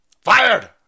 fired